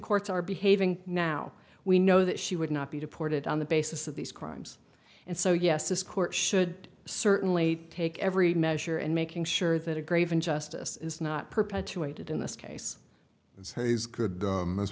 courts are behaving now we know that she would not be deported on the basis of these crimes and so yes this court should certainly take every measure and making sure that a grave injustice is not perpetuated in this case as has good